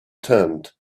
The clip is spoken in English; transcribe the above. tent